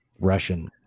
Russian